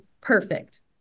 perfect